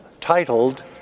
titled